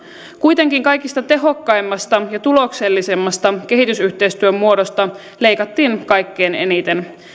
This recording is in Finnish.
kuitenkin kaikista tehokkaimmasta ja tuloksellisimmasta kehitysyhteistyön muodosta leikattiin kaikkein eniten